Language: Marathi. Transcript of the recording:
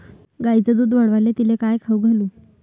गायीचं दुध वाढवायले तिले काय खाऊ घालू?